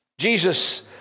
Jesus